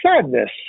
sadness